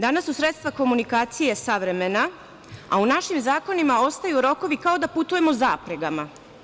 Danas su sredstva komunikacije savremena, a u našim zakonima ostaju rokovi kao da putujemo zapregama.